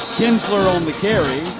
kinsler on the carry.